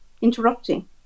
interrupting